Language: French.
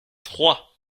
trois